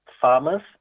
farmers